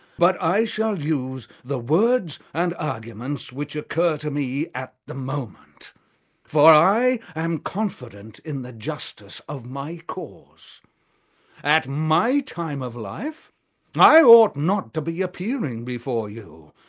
but i shall use the words and arguments which occur to me at the moment for i am confident in the justice of my cause at my time of life and i ought not to be appearing before you,